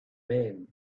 man